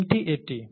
লিঙ্কটি এটি